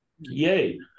Yay